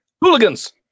Hooligans